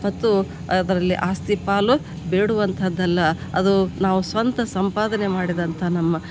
ಮತ್ತು ಅದರಲ್ಲಿ ಆಸ್ತಿ ಪಾಲು ಬೇಡುವಂಥದ್ದಲ್ಲ ಅದು ನಾವು ಸ್ವಂತ ಸಂಪಾದನೆ ಮಾಡಿದಂಥ